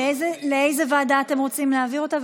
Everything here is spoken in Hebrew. לאיזה ועדה אתם רוצים להעביר אותה,